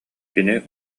кини